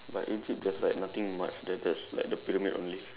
but Egypt there's like nothing much there there's like the pyramid only